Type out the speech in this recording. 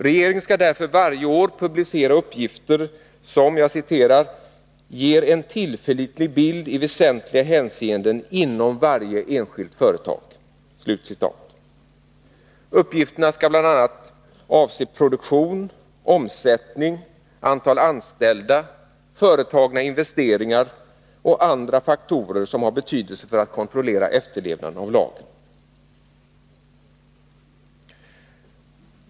Regeringen skall därför varje år publicera uppgifter som ”ger en tillförlitlig bild i väsentliga hänseenden inom varje enskilt företag”. Uppgifterna skall avse produktion, omsättning, antal anställda, företagna investeringar och andra faktorer som har betydelse för att kontrollera efterlevnaden av lagen.